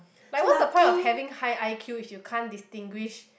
like what's the point of having high I_Q if you can't distinguish